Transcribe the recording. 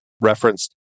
referenced